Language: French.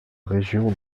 région